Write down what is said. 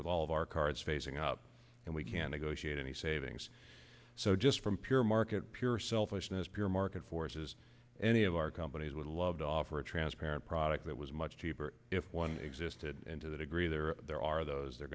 with all of our cards facing up and we can negotiate any savings so just from pure market pure selfishness pure market forces any of our companies would love to offer a transparent product that was much cheaper if one existed and to the degree there are there are those they're